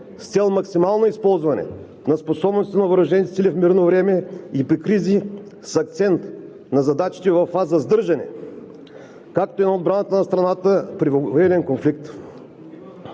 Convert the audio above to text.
с цел максимално използване на способностите на въоръжените сили в мирно време и при кризи с акцент на задачите във фаза сдържане, както и на отбраната на страната при военен конфликт.